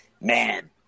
man